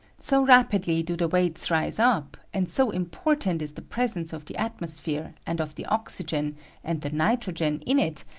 so rapidly do the weights rise up, and so important is the presence of the atmosphere, and of the oxygen and the nitrogen in it,